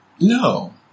No